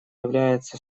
является